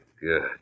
Good